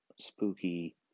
spooky